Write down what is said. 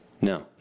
No